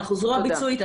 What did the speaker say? אנחנו זרוע ביצועית,